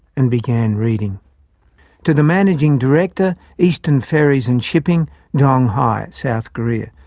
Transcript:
and began reading to the managing director eastern ferries and shipping donghae ah south korea.